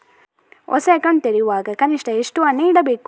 ಹೊಸ ಅಕೌಂಟ್ ತೆರೆಯುವಾಗ ಕನಿಷ್ಠ ಎಷ್ಟು ಹಣ ಇಡಬೇಕು?